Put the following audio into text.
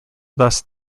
thus